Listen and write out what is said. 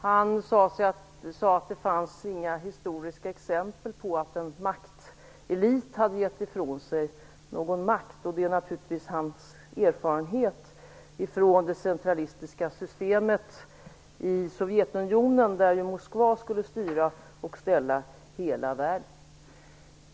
Han sade att det inte fanns några historiska exempel på att en maktelit hade givit ifrån sig någon makt, och det är naturligtvis hans erfarenhet från det centralistiska systemet i Sovjetunionen, där ju Moskva skulle styra och ställa i hela världen.